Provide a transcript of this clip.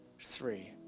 three